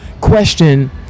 question